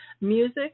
music